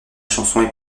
chanson